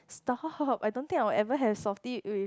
stop I don't think I'll ever have softee with